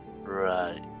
Right